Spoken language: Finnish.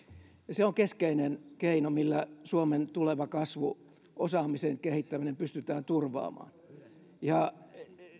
se on keskeinen keino millä suomen tuleva kasvu osaamisen kehittäminen pystytään turvaamaan